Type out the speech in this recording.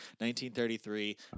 1933